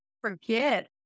forget